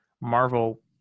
Marvel